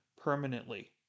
permanently